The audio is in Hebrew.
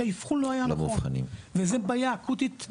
כי האבחון לא היה נכון וזו בעיה אקוטית.